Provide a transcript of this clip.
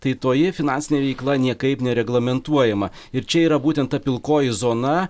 tai toji finansinė veikla niekaip nereglamentuojama ir čia yra būtent ta pilkoji zona